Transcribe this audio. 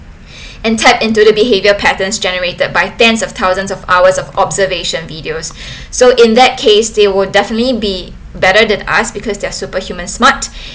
and tap into the behaviour patterns generated by tens of thousands of hours of observation videos so in that case they would definitely be better than us because they're superhuman smart